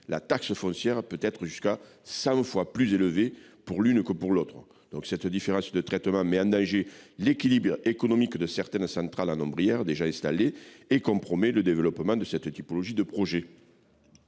la taxe foncière de l’une peut être jusqu’à cent fois plus élevé que celui de l’autre. Cette différence de traitement met en danger l’équilibre économique de certaines centrales en ombrière déjà installées et compromet le développement de ce type de projet.